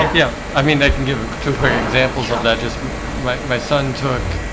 yeah, i mean they can give ah two great examples of that just my my son took